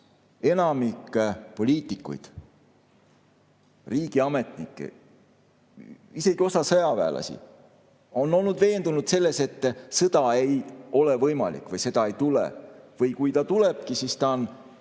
enamik poliitikuid, riigiametnikke, isegi osa sõjaväelasi olnud veendunud, et sõda ei ole võimalik või seda ei tule või kui ta tulebki, siis on